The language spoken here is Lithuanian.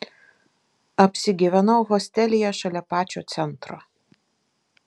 apsigyvenau hostelyje šalia pačio centro